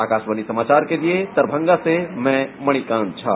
आकाशवाणी समाचार के लिए दरभंगा से मणिकांत झा